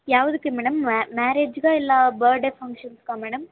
ಯಾವ್ದಕ್ಕೆ ಮೇಡಮ್ ಮ್ಯಾರೇಜ್ಗ ಇಲ್ಲ ಬರ್ಡೇ ಫಂಕ್ಷನ್ಸ್ಗ ಮೇಡಮ್